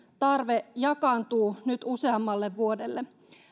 tarve jakaantuu nyt useammalle vuodelle